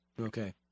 Okay